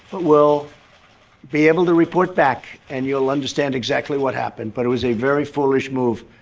but we'll be able to report back, and you'll understand exactly what happened but it was a very foolish move,